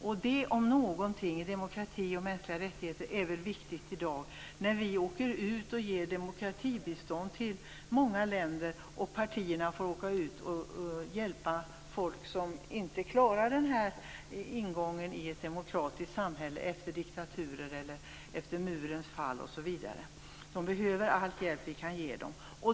Det om någonting - demokrati och mänskliga rättigheter - är väl viktigt i dag när vi åker ut och ger demokratibistånd till många länder. Partierna får åka ut och hjälpa folk som inte klarar ingången till ett demokratiskt samhälle efter diktaturer eller efter murens fall osv. De behöver all hjälp vi kan ge dem.